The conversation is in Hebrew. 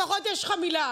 לפחות יש לך מילה,